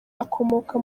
akomoka